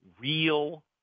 real